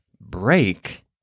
break